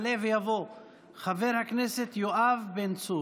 יעלה ויבוא חבר הכנסת יואב בן צור.